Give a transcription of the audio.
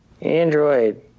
Android